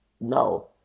no